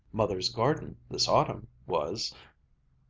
mother's garden this autumn was.